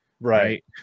Right